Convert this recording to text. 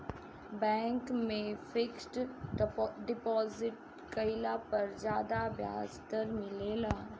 bank में fixed deposit कईला पर ज्यादा ब्याज दर मिलेला